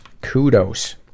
Kudos